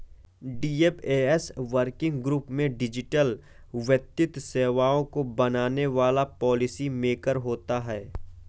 DFS working group में digital वित्तीय सेवाओं को बनाने वाले पॉलिसी मेकर होते हैं